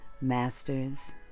masters